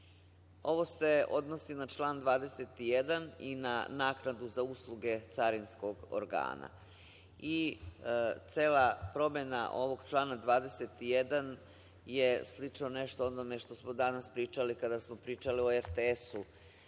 Ovo se odnosi na član 21. i na naknadu na usluge carinskog organa. Cela promena ovog člana 21. je slično nešto onome što smo danas pričali kada smo pričali o RTS-u,